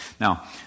Now